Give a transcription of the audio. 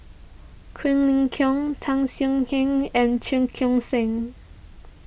Quek Ling Kiong Tan Swie Hian and Cheong Koon Seng